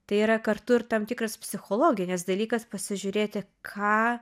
tai yra kartu ir tam tikras psichologinis dalykas pasižiūrėti ką